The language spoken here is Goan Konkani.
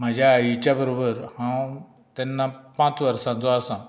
म्हाज्या आईच्या बरोबर हांव तेन्ना पांच वर्सांचो आसा